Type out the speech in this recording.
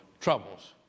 troubles